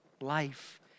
life